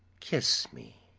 kiss me!